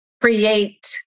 create